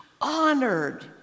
honored